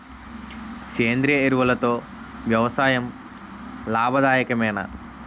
సేంద్రీయ ఎరువులతో వ్యవసాయం లాభదాయకమేనా?